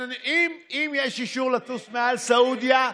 אם יש אישור לטוס מעל סעודיה,